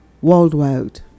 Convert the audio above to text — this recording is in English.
Worldwide